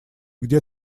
где